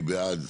מי בעד?